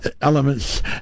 elements